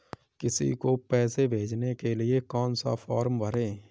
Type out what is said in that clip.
किसी को पैसे भेजने के लिए कौन सा फॉर्म भरें?